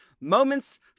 moments